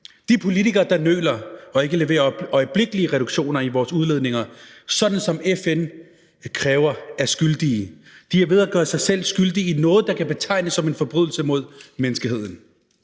De politikere, der nøler og ikke leverer øjeblikkelige reduktioner i vores udledninger, sådan som FN kræver, er skyldige. De er ved at gøre sig selv skyldige i noget, der kan betegnes som en forbrydelse mod menneskeheden.